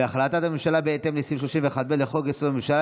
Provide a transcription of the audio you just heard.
והחלטת הממשלה בהתאם לסעיף 31(ב) לחוק-יסוד: הממשלה